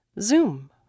Zoom